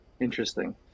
Interesting